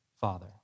father